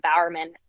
Bowerman